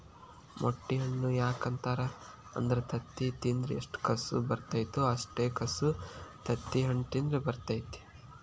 ಮೊಟ್ಟೆ ಹಣ್ಣು ಯಾಕ ಅಂತಾರ ಅಂದ್ರ ತತ್ತಿ ತಿಂದ್ರ ಎಷ್ಟು ಕಸು ಬರ್ತೈತೋ ಅಷ್ಟೇ ಕಸು ತತ್ತಿಹಣ್ಣ ತಿಂದ್ರ ಬರ್ತೈತಿ